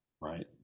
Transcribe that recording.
right